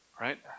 right